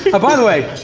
yeah by the way,